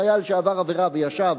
חייל שעבר עבירה וישב